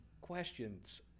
questions